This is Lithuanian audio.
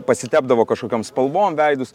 pasitepdavo kažkokiom spalvom veidus